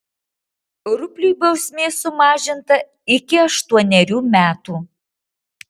rupliui bausmė sumažinta iki aštuonerių metų